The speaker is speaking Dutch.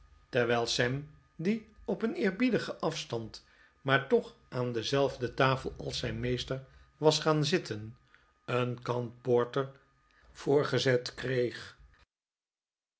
terwijl sam die op een eerbiedigen afstand maar toch aan dezelfde tafel als zijn meester was gaan zitten een kan porter voorgezet kreeg